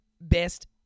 best